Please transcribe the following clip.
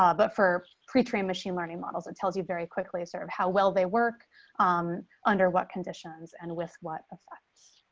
ah but for pre trained machine learning models. it tells you very quickly sort of how well they work um under what conditions and with what affects